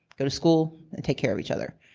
go to school, and take care of each other.